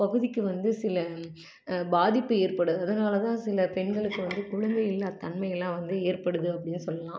பகுதிக்கு வந்து சில பாதிப்பு ஏற்படுது அதனால தான் சில பெண்களுக்கு வந்து குழந்தை இல்லா தன்மை எல்லாம் ஏற்படுது அப்படின்னு சொல்லலாம்